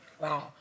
Wow